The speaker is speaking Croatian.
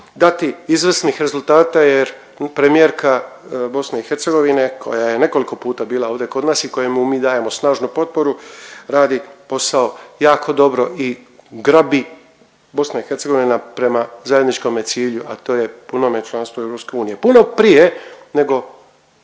dati izvrsnih rezultata jer premijerka BiH koja je nekoliko puta bila ovdje kod nas i kojemu mu dajemo snažnu potporu, radi posao jako dobro i grabi BiH prema zajedničkome cilju, a to je punome članstvu EU, puno prije nego